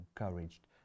encouraged